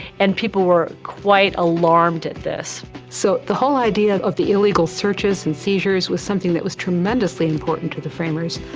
and people were quite alarmed at this. so the whole idea of the illegal searches and seizures was something that was tremendously important to the framers.